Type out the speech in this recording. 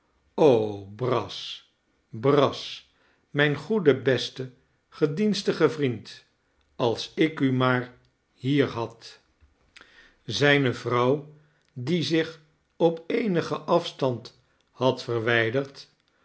brass brass mijn goede beste gedienstige vriend als ik u maar hier had zijne vrouw die zich op eenigen afstand had verwijderd